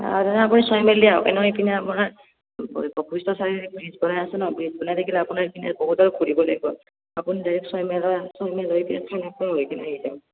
তেনেহ'লে আপুনি ছয়মাইল দি আহক এনেও এইপিনে আমাৰ বশিষ্ট চাৰিআলিত ব্ৰিজ বনাই আছে ন ব্ৰিজ বনাই থাকিলে আপোনাৰ এইপিনে বহুদূৰ ঘূৰিব লাগিব আপুনি ডাইৰেক্ট ছয়মাইল হৈ আহক ছয়মাইল হৈ গৈ কেনে খানাপাৰা হৈ আহি যাওক